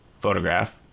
photograph